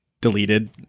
deleted